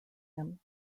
him